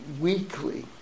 weekly